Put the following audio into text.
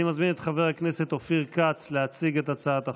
אני מזמין את חבר הכנסת אופיר כץ להציג את הצעת החוק,